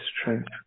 strength